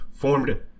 formed